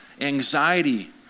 anxiety